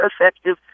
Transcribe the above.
effective